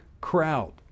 crowd